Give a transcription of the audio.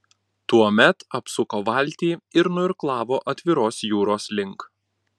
tuomet apsuko valtį ir nuirklavo atviros jūros link